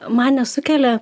man nesukelia